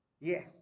Yes